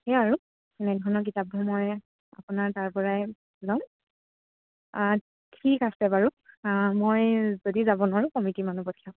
সেইয়া আৰু এনেধৰণৰ কিতাপবোৰ মই আপোনাৰ তাৰ পৰাই ল'ম ঠিক আছে বাৰু মই যদি যাব নোৱাৰোঁ কমিটিৰ মানুহ পঠিয়াম